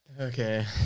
Okay